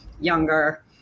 younger